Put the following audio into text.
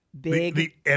Big